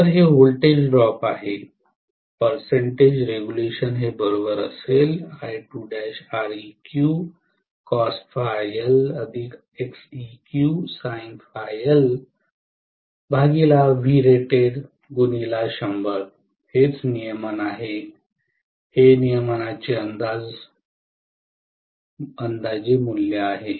तर हे voltage drop आहे हेच नियमन आहे हे नियमनाचे अंदाजे मूल्य आहे